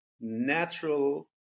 natural